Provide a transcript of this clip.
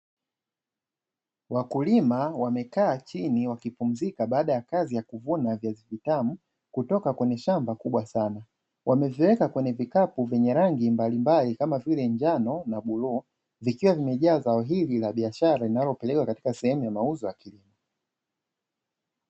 Wakulima wamekaa chini wakipumzika baada ya kazi za kuvuna viazi vitamu kutoka kwenye shamba kubwa sana, wameviweka kwenye vikapu vyenye rangi mbalimbali kama vile njano na bluu vikiwa vimejaa zao hili la biashara linalopelekwa katika sehemuza mauzo.